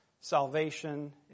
Salvation